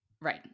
Right